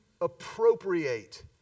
appropriate